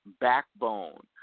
backbone